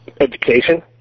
education